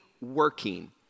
working